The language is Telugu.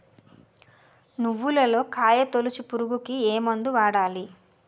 నువ్వులలో కాయ తోలుచు పురుగుకి ఏ మందు వాడాలి?